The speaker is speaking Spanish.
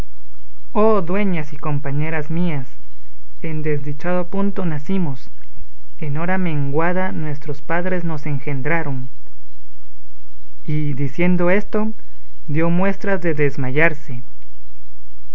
oh dueñas y compañeras mías en desdichado punto nacimos en hora menguada nuestros padres nos engendraron y diciendo esto dio muestras de desmayarse